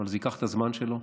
אבל זה ייקח את הזמן שלו.